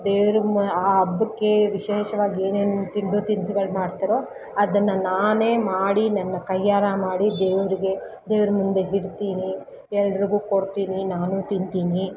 ದೇವ್ರಿಗೆ ಮ ಆ ಹಬ್ಬಕ್ಕೆ ವಿಶೇಷ್ವಾಗಿ ಏನೇನು ತಿಂದು ತಿನ್ಸುಗಳು ಮಾಡ್ತಾರೋ ಅದನ್ನು ನಾನೇ ಮಾಡಿ ನನ್ನ ಕೈಯಾರೆ ಮಾಡಿ ದೇವರಿಗೆ ದೇವ್ರ ಮುಂದೆ ಇಡ್ತೀನಿ ಎಲ್ರುಗೂ ಕೊಡ್ತೀನಿ ನಾನೂ ತಿಂತೀನಿ